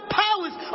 powers